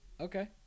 Okay